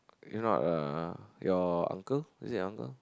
you know what uh your uncle is it your uncle